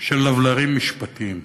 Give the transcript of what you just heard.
של לבלרים משפטיים.